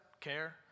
care